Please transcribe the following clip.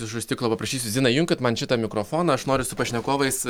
iš už stiklo paprašysiu zina į junkit man šitą mikrofoną aš noriu su pašnekovais